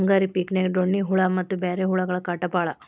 ಮುಂಗಾರಿ ಪಿಕಿನ್ಯಾಗ ಡೋಣ್ಣಿ ಹುಳಾ ಮತ್ತ ಬ್ಯಾರೆ ಹುಳಗಳ ಕಾಟ ಬಾಳ